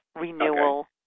Renewal